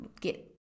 get